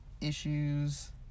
issues